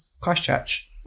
Christchurch